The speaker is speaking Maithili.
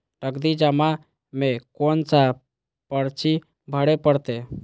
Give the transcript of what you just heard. नगदी जमा में कोन सा पर्ची भरे परतें?